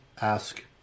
ask